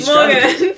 Morgan